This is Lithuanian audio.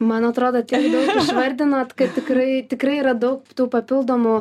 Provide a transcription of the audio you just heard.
man atrodo tiek daug išvardinot kad tikrai tikrai yra daug tų papildomų